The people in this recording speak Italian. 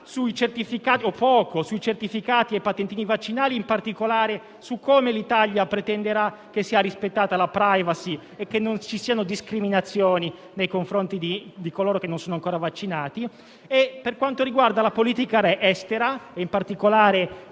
sui certificati e patentini vaccinali, in particolare su come l'Italia pretenderà che sia rispettata la *privacy* e che non ci siano discriminazioni nei confronti di coloro che non sono ancora vaccinati. Per quanto riguarda la politica estera e, in particolare,